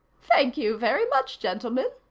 thank you very much, gentlemen,